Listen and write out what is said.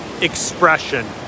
expression